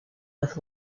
with